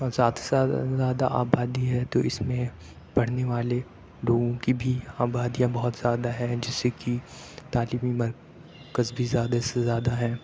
اور ساتھ ساتھ زیادہ آبادی ہے تو اِس میں پڑھنے والے لوگوں کی بھی آبادیاں بہت زیادہ ہے جیسے کہ تعلیمی مرکز بھی زیادہ سے زیادہ ہے